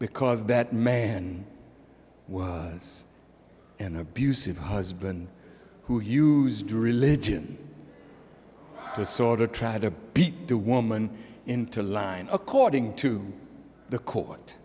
because that man was an abusive husband who used a religion to sort of try to beat the woman into line according to the court